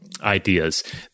ideas